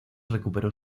recuperó